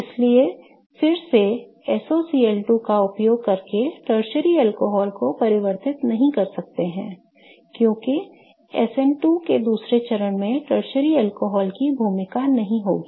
इसलिए फिर से SOCl2 का उपयोग करके टर्शरी अल्कोहल को परिवर्तित नहीं कर सकते हैं क्योंकि SN2 के दूसरे चरण में टर्शरी अल्कोहल की भूमिका नहीं होगी